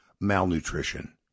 malnutrition